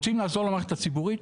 רוצים לעזור למערכת הציבורית,